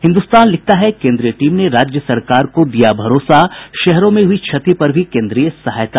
हिन्दुस्तान लिखता है केन्द्रीय टीम ने राज्य सरकार को दिया भरोसा शहरों में हुई क्षति पर भी केन्द्रीय सहायता